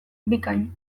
bikain